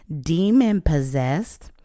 demon-possessed